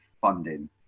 funding